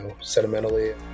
sentimentally